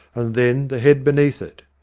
and then the head beneath it.